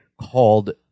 called